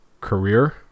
career